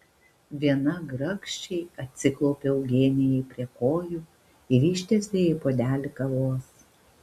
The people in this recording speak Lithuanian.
viena grakščiai atsiklaupė eugenijai prie kojų ir ištiesė jai puodelį kavos